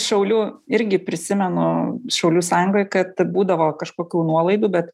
aš iš šaulių irgi prisimenu šaulių sąjungoj kad būdavo kažkokių nuolaidų be